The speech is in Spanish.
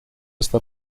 esta